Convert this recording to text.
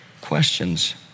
questions